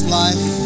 life